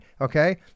Okay